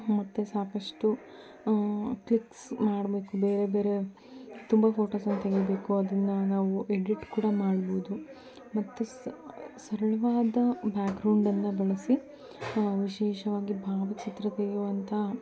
ಮತ್ತೆ ಸಾಕಷ್ಟು ಕ್ಲಿಕ್ಸ್ ಮಾಡಬೇಕು ಬೇರೆ ಬೇರೆ ತುಂಬ ಫೋಟೋಸನ್ನು ತೆಗಿಬೇಕು ಅದನ್ನು ನಾವು ಎಡಿಟ್ ಕೂಡ ಮಾಡ್ಬೋದು ಮತ್ತೆ ಸರಳವಾದ ಬ್ಯಾಗ್ರೌಂಡನ್ನು ಬಳಸಿ ವಿಶೇಷವಾಗಿ ಭಾವಚಿತ್ರ ತೆಗೆಯುವಂತ